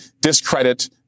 discredit